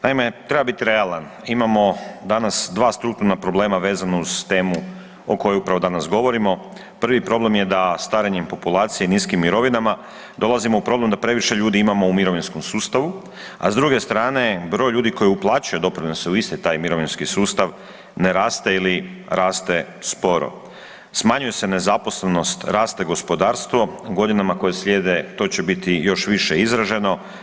Naime, treba biti realan imamo danas dva strukturna problema vezano uz temu o kojoj upravo danas govorimo, prvi problem je da starenjem populacije i niskim mirovinama dolazimo u problem da previše ljudi imamo u mirovinskom sustavu, a s druge strane broj ljudi koji uplaćuje doprinose u isti taj mirovinski sustav ne raste ili raste sporo, smanjuje se nezaposlenost, raste gospodarstvo u godinama koje slijede to će biti još više izraženo.